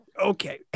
Okay